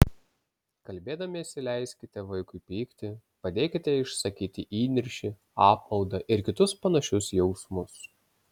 kalbėdamiesi leiskite vaikui pykti padėkite išsakyti įniršį apmaudą ir kitus panašius jausmus